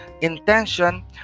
intention